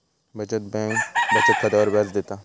बचत बँक बचत खात्यावर व्याज देता